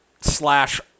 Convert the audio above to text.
Slash